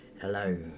Hello